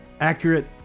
accurate